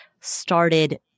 started